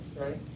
right